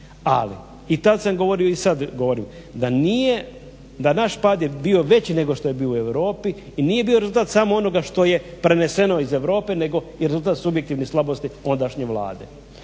Ali i tad sam govorio i sad govorim da nije, da naš pad je bio veći nego što je bio u Europi i nije bio rezultat samo onoga što je preneseno iz Europe nego je rezultat subjektivnih slabosti ondašnje Vlade.